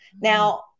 Now